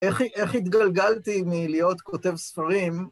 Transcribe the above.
איך התגלגלתי מלהיות כותב ספרים?